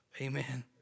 Amen